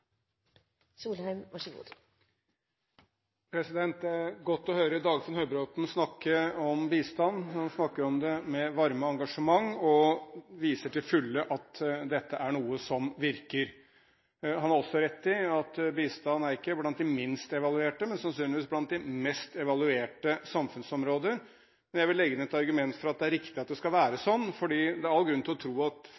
godt å høre Dagfinn Høybråten snakke om bistand. Han snakker om det med varme og engasjement og viser til fulle at dette er noe som virker. Han har også rett i at bistand ikke er blant de minst evaluerte, men sannsynligvis blant de mest evaluerte samfunnsområder. Jeg vil legge inn et argument for at det er riktig at det skal være